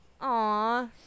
Aw